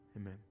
amen